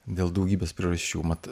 dėl daugybės priežasčių mat